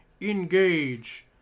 engage